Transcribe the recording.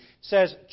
says